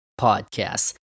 podcasts